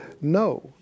No